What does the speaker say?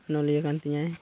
ᱚᱱᱚᱞᱤᱭᱟᱹ ᱠᱟᱱ ᱛᱤᱧᱟᱹᱭ